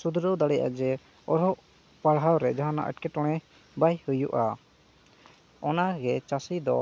ᱥᱩᱫᱷᱨᱟᱹᱣ ᱫᱟᱲᱮᱭᱟᱜᱼᱟ ᱡᱮ ᱚᱞᱚᱜ ᱯᱟᱲᱦᱟᱣ ᱨᱮ ᱡᱟᱦᱟᱱᱟᱜ ᱮᱴᱠᱮᱴᱚᱬᱮ ᱵᱟᱭ ᱦᱩᱭᱩᱜᱼᱟ ᱚᱱᱟᱜᱮ ᱪᱟᱹᱥᱤ ᱫᱚ